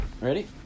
Ready